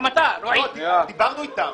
דיברנו אתם.